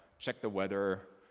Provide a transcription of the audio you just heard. check the weather,